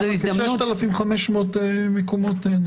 כ-6,500 מקומות.